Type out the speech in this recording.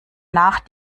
nach